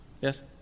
Yes